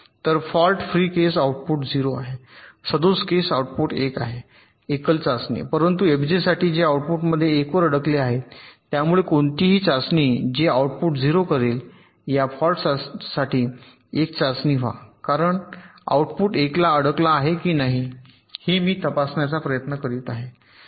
तर fault free case output 0 आहे सदोष केस आउटपुट 1 आहे एकल चाचणी परंतु एफजेसाठी जे आउटपुटमध्ये 1 वर अडकले आहे त्यामुळे कोणतीही चाचणी जे आउटपुट 0 करेल या फॉल्टसाठी एक चाचणी व्हा कारण आउटपुट 1 ला अडकला आहे की नाही हे मी तपासण्याचा प्रयत्न करीत आहे